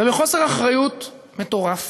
ובחוסר אחריות מטורף